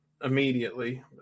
immediately